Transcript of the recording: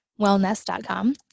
wellness.com